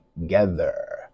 together